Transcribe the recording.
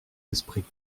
esprits